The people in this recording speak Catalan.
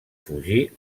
fugir